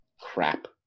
crap